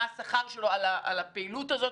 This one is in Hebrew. עבור הפעילות הזאת?